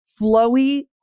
flowy